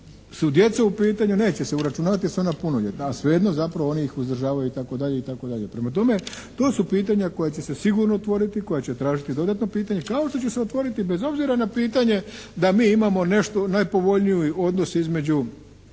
su djeca u pitanju neće se uračunavati jer su ona punoljetna, a svejedno zapravo oni ih uzdržavaju itd., itd. Prema tome, to su pitanja koja će se sigurno otvoriti koja će tražiti dodatno pitanje, kao što će se otvoriti bez obzira na pitanje da mi imamo nešto, najpovoljniji odnos između